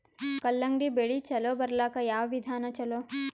ಕಲ್ಲಂಗಡಿ ಬೆಳಿ ಚಲೋ ಬರಲಾಕ ಯಾವ ವಿಧಾನ ಚಲೋ?